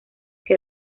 que